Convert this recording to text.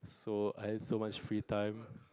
so I had so much free time